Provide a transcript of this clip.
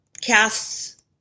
casts